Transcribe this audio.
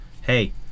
hey